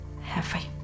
heavy